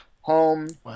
home